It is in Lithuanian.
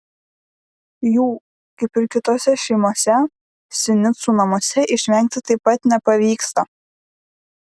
jų kaip ir kitose šeimose sinicų namuose išvengti taip pat nepavyksta